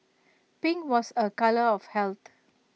pink was A colour of health